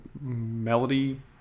melody